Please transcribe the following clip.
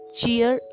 cheer